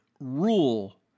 rule